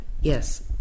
Yes